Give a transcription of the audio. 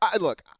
look